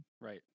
Right